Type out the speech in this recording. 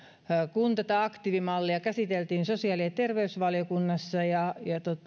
kun tätä aktiivimallia käsiteltiin sosiaali ja terveysvaliokunnassa ja